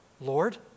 Lord